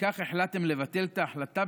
וכך החלטתם לבטל את ההחלטה,